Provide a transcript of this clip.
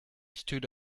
stood